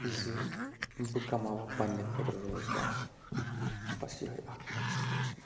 زِ بہٕ کَماوہا پنٛنہِ خٲطرٕ روزگار بَس یِہوٚے اَکھ مقصَد اوس مےٚ